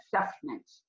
assessment